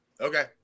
Okay